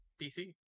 DC